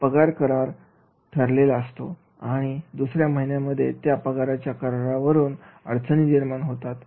जसे की पगार करार ठरलेला असतो आणि दुसरया महिन्यामध्ये त्या पगाराच्या करारावरून समस्यानिर्माण होतात